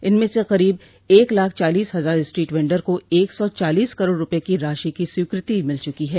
इनमें से करीब एक लाख चालीस हजार स्ट्रीट वेंडर को एक सौ चालीस करोड़ रुपए की राशि की स्वीकृति मिल चुको है